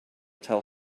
tell